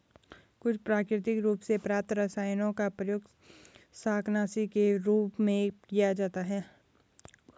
कुछ प्राकृतिक रूप से प्राप्त रसायनों का प्रयोग शाकनाशी के रूप में किया जाता है